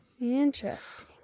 Interesting